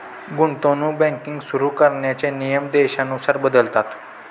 गुंतवणूक बँकिंग सुरु करण्याचे नियम देशानुसार बदलतात